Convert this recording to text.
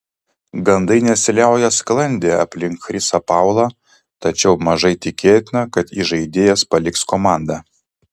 gandai nesiliauja sklandę aplink chrisą paulą tačiau mažai tikėtina kad įžaidėjas paliks komandą